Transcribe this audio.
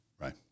right